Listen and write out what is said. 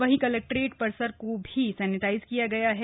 वहीं कलक्ट्रेट परिसर को भी सैनिटाइज किया गया है